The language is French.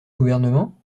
gouvernement